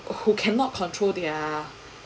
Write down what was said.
who who cannot control their